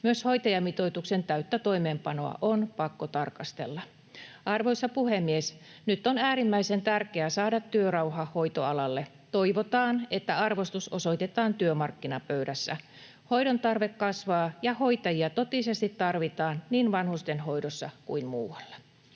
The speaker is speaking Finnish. Myös hoitajamitoituksen täyttä toimeenpanoa on pakko tarkastella. Arvoisa puhemies! Nyt on äärimmäisen tärkeää saada työrauha hoitoalalle. Toivotaan, että arvostus osoitetaan työmarkkinapöydässä. Hoidon tarve kasvaa, ja hoitajia totisesti tarvitaan niin vanhustenhoidossa kuin muualla.